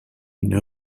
une